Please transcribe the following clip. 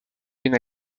been